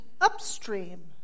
upstream